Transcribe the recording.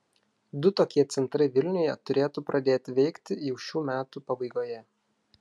du tokie centrai vilniuje turėtų pradėti veikti jau šių metų pabaigoje